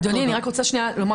אדוני, אני רק רוצה לומר